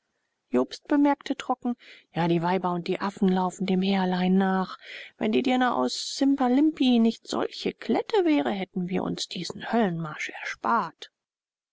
jobst bemerkte trocken ja die weiber und die affen laufen dem herrlein nach wenn die dirne aus simbalimpi nicht solche klette wäre hätten wir uns diesen höllenmarsch erspart